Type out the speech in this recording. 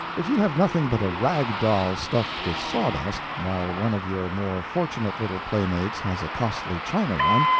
if you have nothing but a rag-doll stuffed with sawdust, while one of your more fortunate little playmates has a costly china one,